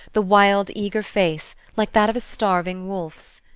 the wild, eager face, like that of a starving wolf's.